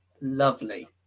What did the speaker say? Lovely